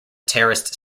terraced